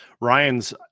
Ryan's